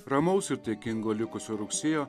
ramaus ir dėkingo likusio rugsėjo